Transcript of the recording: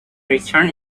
return